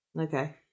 Okay